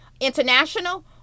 International